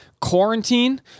Quarantine